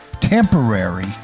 temporary